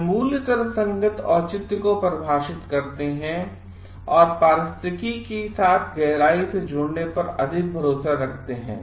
ये मूल्य तर्कसंगत औचित्य को परिभाषित करते हैं और पारिस्थितिकी के साथ गहराई से जुड़ने पर अधिक भरोसा करते हैं